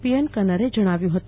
પી N કન્નારે જણાવ્યું હતું